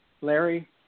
Larry